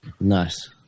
Nice